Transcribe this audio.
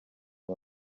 and